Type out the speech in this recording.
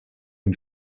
dem